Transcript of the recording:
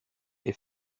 est